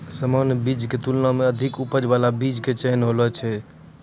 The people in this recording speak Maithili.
सामान्य बीज के तुलना मॅ अधिक उपज बाला बीज के चयन अच्छा होय छै